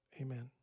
Amen